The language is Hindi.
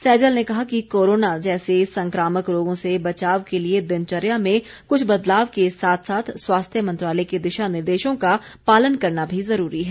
सैजल ने कहा कि कोरोना जैसे संक्रामक रोगों से बचाव के लिए दिनचर्या में कुछ बदलाव के साथ साथ स्वास्थ्य मंत्रालय के दिशा निर्देशों का पालन करना भी ज़रूरी है